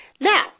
Now